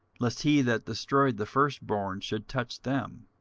lest he that destroyed the firstborn should touch them.